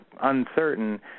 uncertain